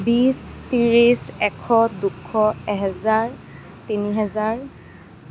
বিছ ত্ৰিছ এশ দুশ এহেজাৰ তিনি হেজাৰ